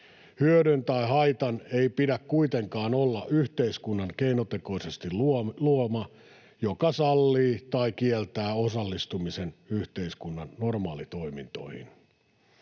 Hyödyn tai haitan ei pidä kuitenkaan olla yhteiskunnan keinotekoisesti luoma, sellainen, joka sallii tai kieltää osallistumisen yhteiskunnan normaalitoimintoihin.